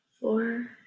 Four